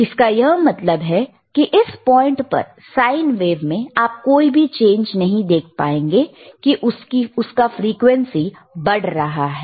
इसका यह मतलब है कि इस पॉइंट पर साइन वेव में आप कोई भी चेंज नहीं देख पाएंगे की उसका फ्रीक्वेंसी बढ़ रहा है